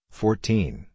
fourteen